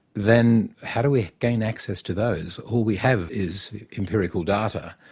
then, how do we gain access to those? all we have is empirical data.